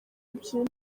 ebyiri